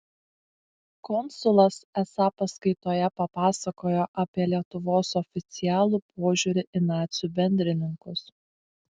konsulas esą paskaitoje papasakojo apie lietuvos oficialų požiūrį į nacių bendrininkus